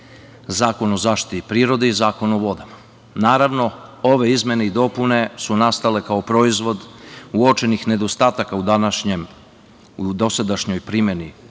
Zakon o zaštiti prirode i Zakon o vodama. Naravno, ove izmene i dopune su nastale kao proizvod uočenih nedostataka u dosadašnjoj primeni